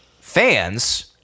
fans